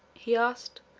he asked,